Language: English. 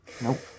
Nope